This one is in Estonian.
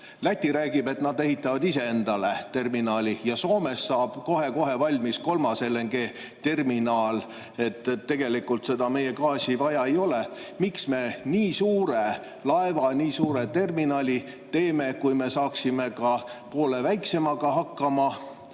Läti räägib, et nad ehitavad ise endale terminali, ja Soomes saab kohe-kohe valmis kolmas LNG-terminal, nii et tegelikult seal meie gaasi vaja ei ole. Miks me nii suure terminali teeme, kui me saaksime ka poole väiksemaga hakkama,